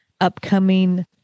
upcoming